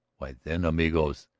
why then, amigos,